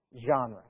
genre